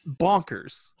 bonkers